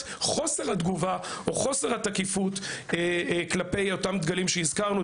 חוסר התגובה או התקיפות כלפי אותם דגלים שהזכרנו,